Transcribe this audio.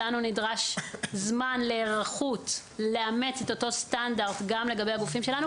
לנו נדרש זמן היערכות לאמת את אותו סטנדרט גם לגבי הגופים שלנו